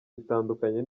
bitandukanye